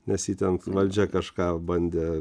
nes ji ten valdžia kažką bandė